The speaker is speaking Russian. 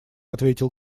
ответил